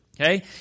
okay